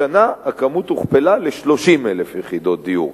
השנה הכמות הוכפלה ל-30,000 יחידות דיור.